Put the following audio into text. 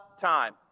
time